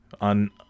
on